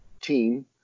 team